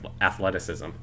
athleticism